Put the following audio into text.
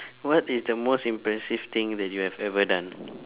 what is the most impressive thing that you have ever done